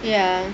ya